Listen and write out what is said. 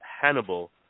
Hannibal